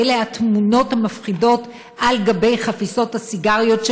והוא התמונות המפחידות על גבי חפיסות הסיגריות,